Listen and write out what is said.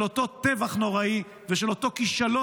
של אותו טבח נוראי ושל אותו כישלון